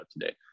today